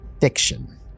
fiction